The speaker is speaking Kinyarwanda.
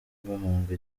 bahunga